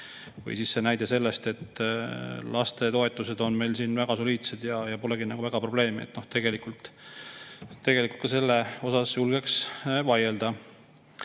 Siis oli näide sellest, et lastetoetused on meil väga soliidsed ja polegi probleemi – tegelikult ka selle vastu julgeks vaielda.